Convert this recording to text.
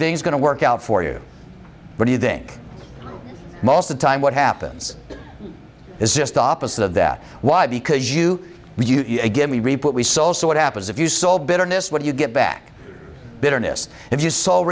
beings going to work out for you but do you think most the time what happens is just the opposite of that why because you would you give me reap what we sow so what happens if you sow bitterness what you get back bitterness if you so